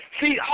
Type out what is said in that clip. See